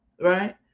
right